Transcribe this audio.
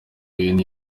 gahini